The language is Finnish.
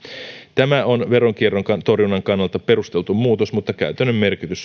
tämä on veronkierron torjunnan kannalta perusteltu muutos mutta sen käytännön merkitys